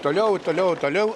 toliau toliau toliau